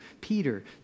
Peter